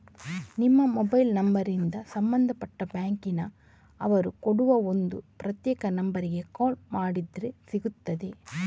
ನಿಮ್ಮ ಮೊಬೈಲ್ ನಂಬರಿಂದ ಸಂಬಂಧಪಟ್ಟ ಬ್ಯಾಂಕಿನ ಅವರು ಕೊಡುವ ಒಂದು ಪ್ರತ್ಯೇಕ ನಂಬರಿಗೆ ಕಾಲ್ ಮಾಡಿದ್ರೆ ಸಿಗ್ತದೆ